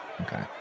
Okay